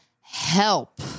help